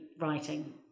writing